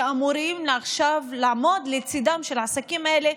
שאמורים עכשיו לעמוד לצידם של העסקים האלה,